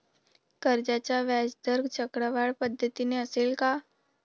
कर्जाचा व्याजदर चक्रवाढ पद्धतीने असेल का?